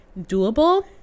doable